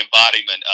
embodiment